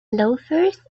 loafers